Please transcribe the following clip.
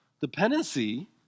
dependency